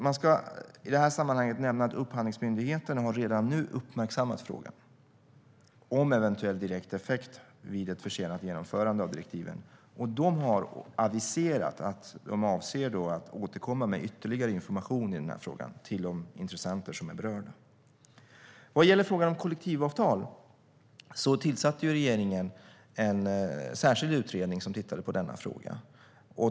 Man ska i sammanhanget nämna att Upphandlingsmyndigheten redan nu har uppmärksammat frågan om en eventuell direkt effekt vid ett försenat genomförande av direktiven. Myndigheten har aviserat att den avser att återkomma med ytterligare information i frågan till de intressenter som är berörda. Vad gäller frågan om kollektivavtal tillsatte regeringen en särskild utredning som tittar på den.